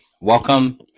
Welcome